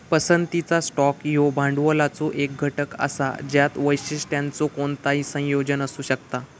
पसंतीचा स्टॉक ह्यो भांडवलाचो एक घटक असा ज्यात वैशिष्ट्यांचो कोणताही संयोजन असू शकता